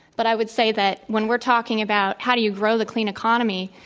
but i would say that, when we're talking about, how do you grow the clean economy,